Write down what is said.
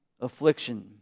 affliction